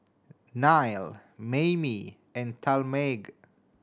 Nile Maymie and Talmage